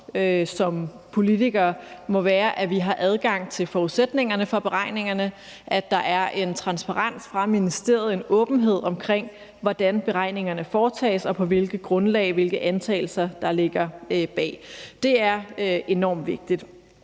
som politikere, må være, at vi har adgang til forudsætningerne for beregningerne, at der er en transparens fra ministeriets side, en åbenhed omkring, hvordan beregningerne foretages, på hvilket grundlag, og hvilke antagelser der ligger bag. Det er enormt vigtigt.